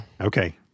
Okay